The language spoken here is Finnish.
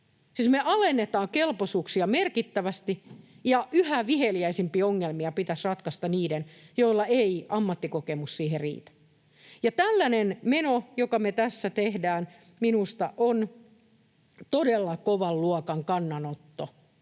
me alennetaan kelpoisuuksia merkittävästi, ja yhä viheliäisempiä ongelmia pitäisi ratkaista niiden, joilla ei ammattikokemus siihen riitä. Tällainen meno, joka me tässä tehdään, on minusta todella kovan luokan kannanotto.